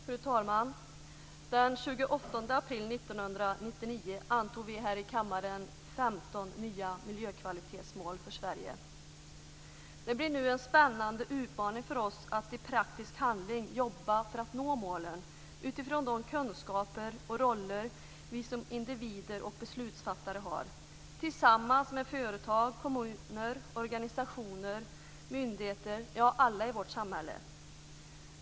Fru talman! Den 28 april 1999 antog vi här i kammaren 15 nya miljökvalitetsmål för Sverige. Det blir nu en spännande utmaning för oss att i praktisk handling jobba för att nå målen utifrån de kunskaper och roller som vi som individer och beslutsfattare har tillsammans med företag, kommuner, organisationer och myndigheter - ja, alla i vårt samhälle.